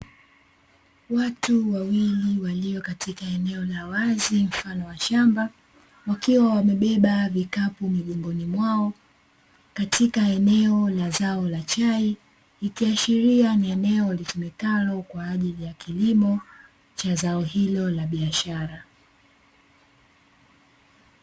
Watu wawili walio katika eneo la wazi mfano wa shamba wakiwa wamebeba vikapu migongoni mwao katika eneo la zao la chai, ikiashiria ni eneo litumikalo kwa ajili kilimo cha zao hilo la biashara.